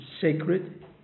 sacred